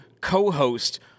co-host